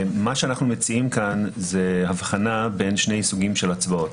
מה שאנחנו מציעים כאן זאת הבחנה בין שני סוגי הצבעות.